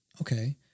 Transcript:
okay